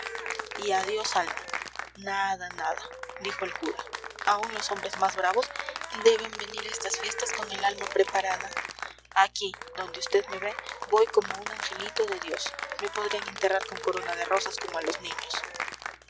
y adiós alma nada nada dijo el cura aun los hombres más bravos deben venir a estas fiestas con el alma preparada aquí donde vd me ve voy como un angelito de dios me podrían enterrar con corona de rosas como a los niños